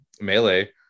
melee